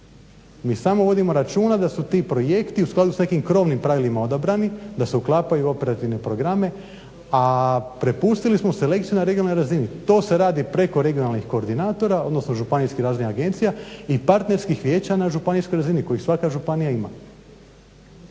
Mi samo vodimo računa da su ti projekti u skladu sa nekim krovnim pravilima odabrani, da se uklapaju u operativne programe. A prepustili smo selekciju na regionalnoj razini. To se radi preko regionalnih koordinatora, odnosno županijskih razvojnih agencija i partnerskih vijeća na županijskoj razini kojih svaka županija ima.